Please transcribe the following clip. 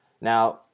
Now